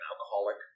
alcoholic